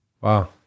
Wow